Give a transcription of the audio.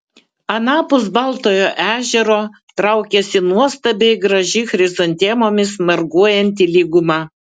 anapus baltojo ežero traukėsi nuostabiai graži chrizantemomis marguojanti lyguma